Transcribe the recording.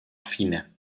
fine